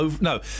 No